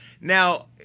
Now